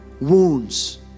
wounds